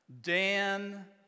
Dan